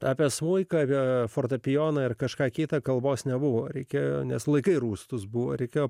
apie smuiką fortepijoną ir kažką kita kalbos nebuvo reikia nes laikai rūstūs buvo reikėjo